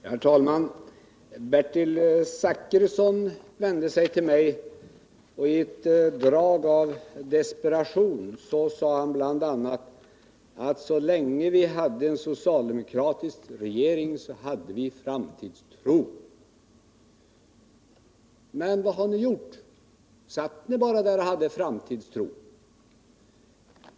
Herr talman! Bertil Zachrisson vände sig till mig och sade bl.a. med ett drag av desperation att så länge vi hade en socialdemokratisk regering hade vi framtidstro. Men vad har ni gjort? Satt ni bara där och hade framtidstro?